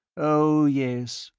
oh, yes,